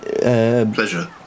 Pleasure